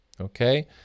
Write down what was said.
okay